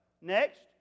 Next